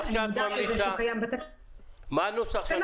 שוב, כשיש לי